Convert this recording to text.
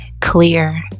Clear